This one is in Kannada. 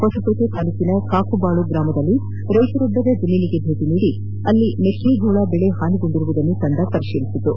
ಹೊಸಪೇಟೆ ತಾಲೂಕಿನ ಕಾಕುಬಾಳು ಗ್ರಾಮದಲ್ಲಿ ರೈತರೊಬ್ಬರ ಜಮೀನಿಗೆ ಭೇಟಿ ನೀಡಿ ಅಲ್ಲಿ ಮೆಕ್ಕೆಜೋಳ ಬೆಳಿ ಹಾನಿಗೊಂಡಿರುವುದನ್ನು ತಂಡ ಪರಿಶೀಲಿಸಿತು